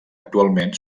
actualment